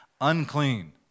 unclean